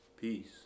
peace